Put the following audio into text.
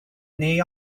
neu